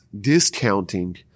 discounting